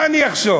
מה אני אחשוב?